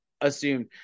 assumed